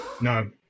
No